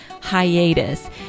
hiatus